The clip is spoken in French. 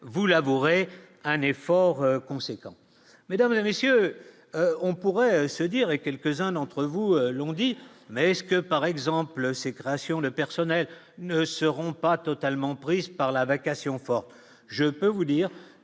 vous l'avouerez, un effort conséquent mesdames et messieurs, on pourrait se dire, et quelques-uns d'entre vous l'ont dit, mais est-ce que par exemple ses créations, le personnel ne seront pas totalement prise par la vacation for je peux vous dire